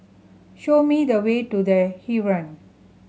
show me the way to The Heeren